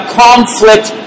conflict